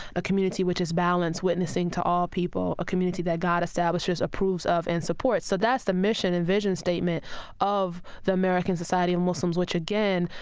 a community which is balance witnessing to all people, a community that god establishes, approves of and supports. so that's the mission and vision statement of the american society of muslims, which again,